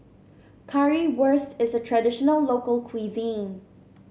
currywurst is a traditional local cuisine